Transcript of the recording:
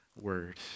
Word